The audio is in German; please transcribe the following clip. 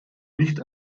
nicht